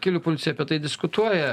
kelių policija apie tai diskutuoja